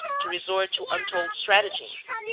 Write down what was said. to resort to untold stratagems,